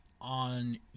on